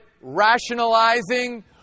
rationalizing